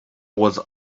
was